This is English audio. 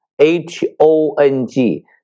H-O-N-G